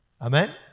Amen